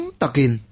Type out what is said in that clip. takin